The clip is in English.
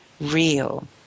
real